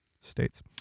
states